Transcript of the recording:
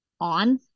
on